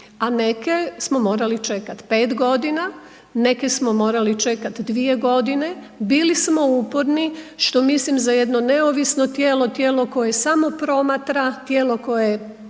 a neke smo morali čekat 5 g., neke smo morali čekat 2 g., bili smo uporni što mislim za jedno neovisno tijelo, tijelo koje samo promatra, tijelo koje